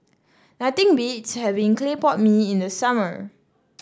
nothing beats having Clay Pot Mee in the summer